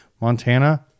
Montana